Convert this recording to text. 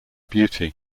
beauty